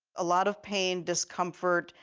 a lot of pain, discomfort,